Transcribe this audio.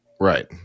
right